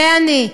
ואני,